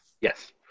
Yes